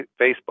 Facebook